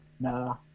no